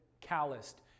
calloused